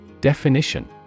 Definition